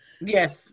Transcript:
Yes